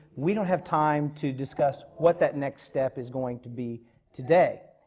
we don't have time to discuss what that next step is going to be today,